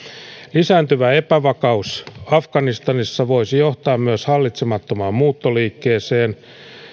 lisääntyvä epävakaus afganistanissa voisi johtaa myös hallitsemattomaan muuttoliikkeeseen